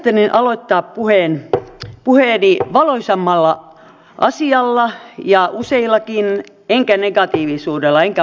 ajattelin aloittaa puheeni valoisammalla asialla ja useillakin enkä negatiivisuudella enkä moittimisella